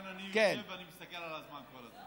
אני יושב כאן ואני מסתכל על הזמן כל הזמן.